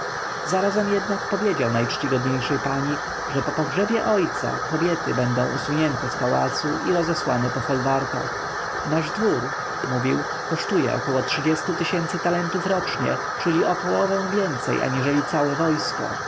zarazem jednak powiedział najczcigodniejszej pani że po pogrzebie ojca kobiety będą usunięte z pałacu i rozesłane po folwarkach nasz dwór mówił kosztuje około trzydziestu tysięcy talentów rocznie czyli o połowę więcej aniżeli całe wojsko